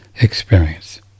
experience